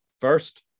first